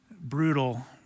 brutal